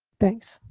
thanks.